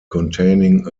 containing